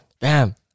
bam